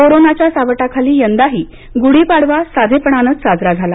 कोरोनाच्या सावटाखाली यंदाही गुढीपाडवा साधेपणानेच साजरा झाला